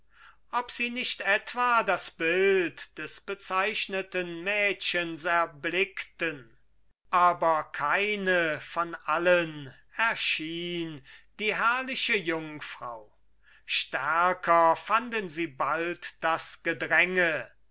ob sie nicht etwa das bild des bezeichneten mädchens erblickten aber keine von allen erschien die herrliche jungfrau stärker fanden sie bald das gedränge